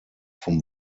vom